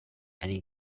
einige